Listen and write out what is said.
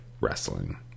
wrestling